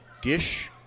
Gish